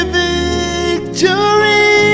victory